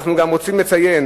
אנחנו גם רוצים לציין